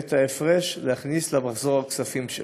ואת ההפרש להכניס למחזור הכספים שלו.